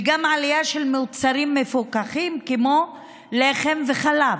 וגם עלייה של מוצרים מפוקחים כמו לחם וחלב.